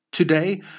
Today